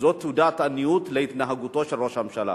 זאת תעודת עניות להתנהגותו של ראש הממשלה.